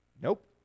Nope